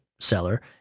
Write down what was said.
seller